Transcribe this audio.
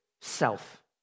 self